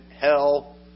hell